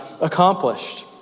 accomplished